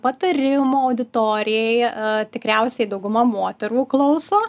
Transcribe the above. patarimo auditorijai tikriausiai dauguma moterų klauso